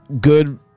Good